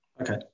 Okay